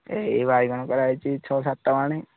ଏଇ ବାଇଗଣ କରାହେଇଛି ଛଅ ସାତ ମାଣ